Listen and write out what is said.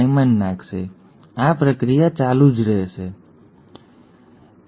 તેથી અહીં જે થાય છે તે એ છે કે ડીએનએ પોલિમરેઝની જરૂર છે તે ક્યાંક શરૂ થવાનું છે